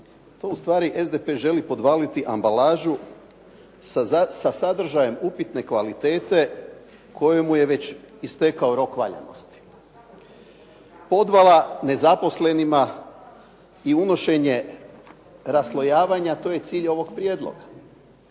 To ustvari SDP želi podvaliti ambalažu sa sadržajem upitne kvalitete kojemu je već istekao rok valjanosti. Podvala nezaposlenima i unošenje raslojavanja, to je cilj ovog prijedloga.